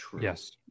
Yes